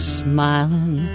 smiling